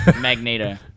Magneto